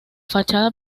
fachada